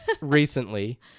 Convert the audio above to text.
recently